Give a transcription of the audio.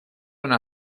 una